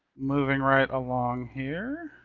moving right along here,